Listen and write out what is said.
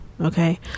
okay